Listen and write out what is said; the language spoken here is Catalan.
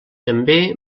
també